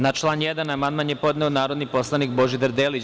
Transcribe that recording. Na član 1. amandman je podneo narodni poslanik Božidar Delić.